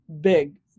big